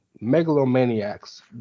megalomaniacs